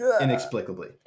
inexplicably